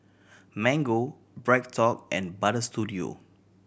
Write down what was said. Mango BreadTalk and Butter Studio